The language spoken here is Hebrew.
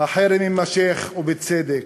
החרם יימשך, ובצדק.